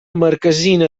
marquesina